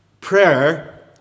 prayer